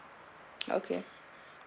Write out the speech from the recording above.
okay